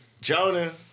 Jonah